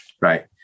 Right